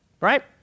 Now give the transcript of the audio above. right